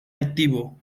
activo